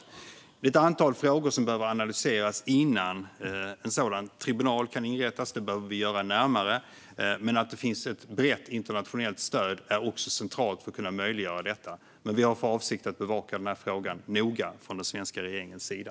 Det är ett antal frågor som behöver analyseras innan en sådan tribunal kan inrättas. Det behöver vi göra närmare. Men att det finns ett brett internationellt stöd är också centralt för att kunna möjliggöra detta. Vi har för avsikt att bevaka frågan noga från den svenska regeringens sida.